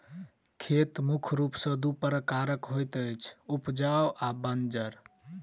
खेत मुख्य रूप सॅ दू प्रकारक होइत अछि, उपजाउ आ बंजर